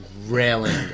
railing